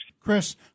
Chris